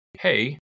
hey